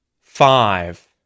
five